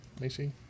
Macy